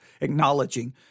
acknowledging